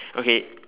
okay